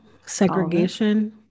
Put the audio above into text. segregation